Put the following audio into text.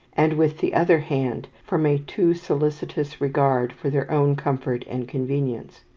and with the other hand from a too solicitous regard for their own comfort and convenience.